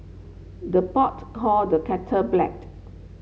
the pot call the kettle black